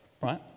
Right